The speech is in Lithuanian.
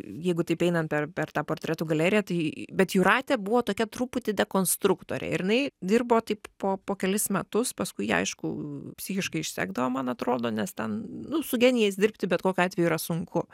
jeigu taip einant per per tą portretų galeriją tai bet jūratė buvo tokia truputį de konstruktorė ir jinai dirbo taip po po kelis metus paskui ji aišku psichiškai išsekdavo man atrodo nes ten nu su genijais dirbti bet kokiu atveju yra sunku